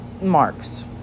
marks